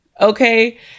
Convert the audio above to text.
okay